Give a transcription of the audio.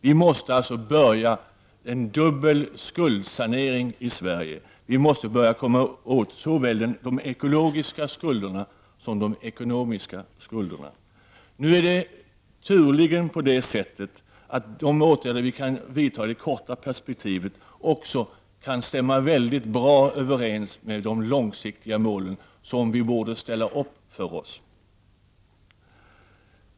Vi måste alltså påbörja en dubbel skuldsanering i Sverige. Vi måste börja ta itu med såväl de ekologiska skulderna som de ekonomiska skulderna. Nu är det tursamt nog på det sättet att de åtgärder som vi kan vidta i det korta perspektivet också kan stämma mycket bra överens med de långsiktiga målen som vi borde ställa upp.